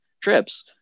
trips